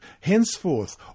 henceforth